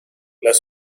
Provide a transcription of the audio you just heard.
las